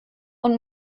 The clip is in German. und